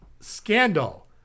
Scandal